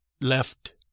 left